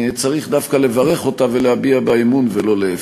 צריך דווקא לברך אותה ולהביע בה אמון ולא להפך.